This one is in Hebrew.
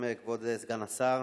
זה הציר היחיד שבו ניתן לנסוע,